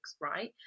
right